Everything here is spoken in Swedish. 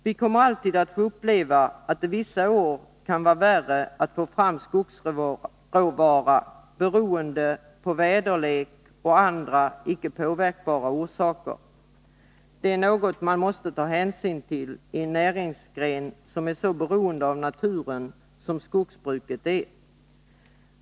Vi kommer alltid att få uppleva att det vissa år kan vara svårare att få fram skogsråvara beroende på väderlek och andra icke påverkbara orsaker. Det är något man måste ta hänsyn till i en näringsgren som är så beroende av naturen som skogsbruket är.